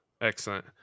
Excellent